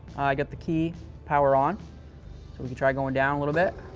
i got the key power on, so we can try going down a little bit.